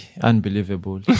unbelievable